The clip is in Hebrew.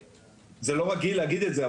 זה לא רגיל להגיד את זה,